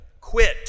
quit